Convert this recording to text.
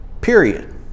period